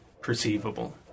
perceivable